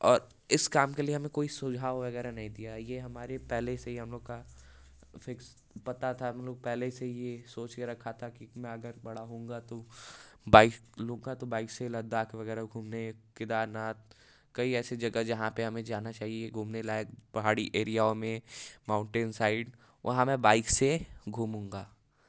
और इस काम के लिए हमें कोई सुझाव वगैरह नहीं दिया यह हमारे पहले से ही हम लोगों का फिक्स पता था हम लोग पहले से ही सोच कर रखा था कि मैं अगर बड़ा होऊँगा तो बाइक लूँगा तो बाइक से ही लद्दाख वगैरह घूमने केदारनाथ कई ऐसे जगह जहाँ पर हमें जाना चाहिए घूमने लायक पहाड़ी एरियाओं में माउंटेन साइड वहाँ मैं बाइक से घूमूँगा और बाइक चलाऊँगा